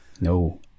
no